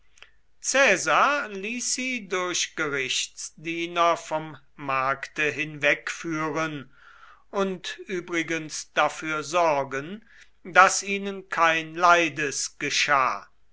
ließ sie durch gerichtsdiener vom markte hinwegführen und übrigens dafür sorgen daß ihnen kein leides geschah